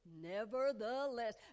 Nevertheless